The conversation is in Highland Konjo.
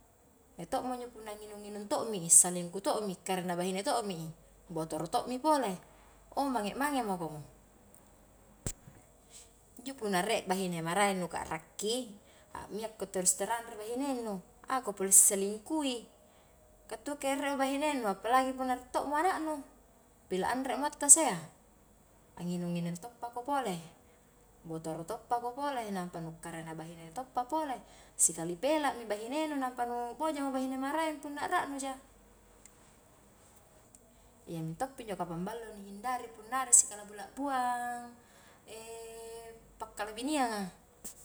Iya to'mo injo punna nginung-nginung to' mi, salingkuh to' mi, karena bahine to' mi i, botoro to' mi i pole, mange-mange mako, injo punna rie banhine maraeng nu ka'rakki a'mia' ko terus terang ri bahinengnu, ako pole selingkui, kantuke riemo bahingnu, apalagi punna rie to'mo anaknu, pila anremo attasa iya, anginung-nginung toppako pole, botoro toppako pole, nampa nukkarena bahine toppa pole, sikali pela mi bahinengnu nampa nu bojamo bahine maraeng punna a'ranu ja, iya mintoppi kapan injo ballo ni hindari puna a'ra sikala'bu la'buang pakkalabineang a.